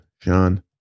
John